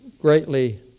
greatly